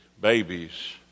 babies